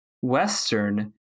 Western